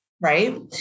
right